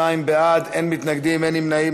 22 בעד, אין מתנגדים, אין נמנעים.